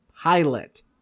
pilot